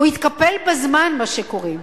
הוא התקפל בזמן, מה שקוראים.